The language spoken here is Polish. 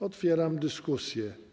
Otwieram dyskusję.